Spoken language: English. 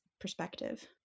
perspective